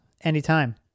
Anytime